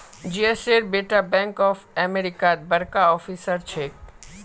जयेशेर बेटा bank of अमेरिकात बड़का ऑफिसर छेक